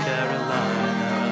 Carolina